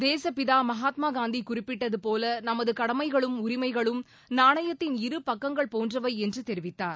தேசப்பிதா மகாத்மா காந்தி குறிப்பிட்டது போல நமது கடமைகளும் உரிமைகளும் நாணயத்தின் இரு பக்கங்கள் போன்றவை என்று தெரிவித்தார்